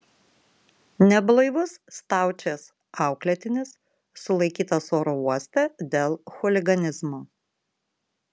neblaivus staučės auklėtinis sulaikytas oro uoste dėl chuliganizmo